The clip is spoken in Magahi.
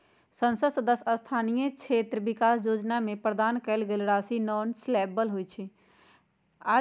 संसद सदस्य स्थानीय क्षेत्र विकास जोजना में प्रदान कएल गेल राशि नॉन लैप्सबल होइ छइ